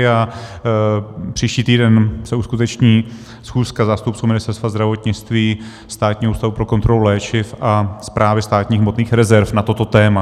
A příští týden se uskuteční schůzka zástupců Ministerstva zdravotnictví, Státního ústavu pro kontrolu léčiv a Správy státních hmotných rezerv na toto téma.